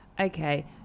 Okay